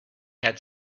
had